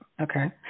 Okay